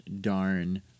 darn